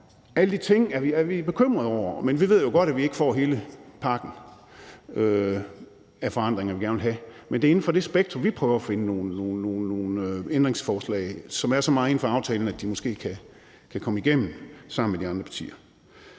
Alle de ting er vi bekymrede over, men vi ved jo godt, at vi ikke får hele pakken af forandringer, som vi gerne vil have, men det er inden for det spektrum, at vi prøver at finde nogle ændringsforslag, som er så meget inden for aftalen, at de måske kan komme igennem, sammen med de andre partier.